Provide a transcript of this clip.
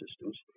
systems